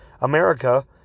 America